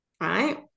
right